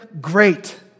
great